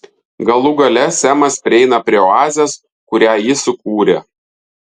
galų gale semas prieina prie oazės kurią ji sukūrė